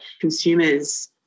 consumers